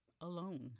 alone